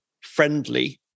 friendly